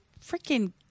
freaking